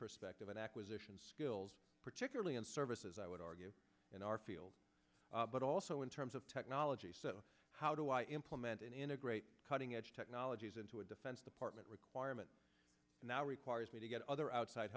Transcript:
perspective and acquisition skills particularly in services i would argue in our field but also in terms of technology so how do i implement and integrate cutting edge technologies into a defense department requirement now requires me to other outside